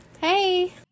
Hey